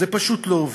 זה פשוט לא עובד.